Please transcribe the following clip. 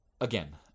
Again